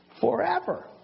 forever